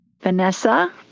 Vanessa